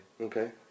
Okay